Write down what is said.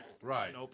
Right